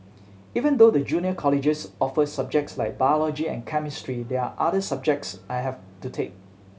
even though the junior colleges offer subjects like biology and chemistry there are other subjects I have to take